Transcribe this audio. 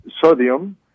sodium